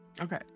Okay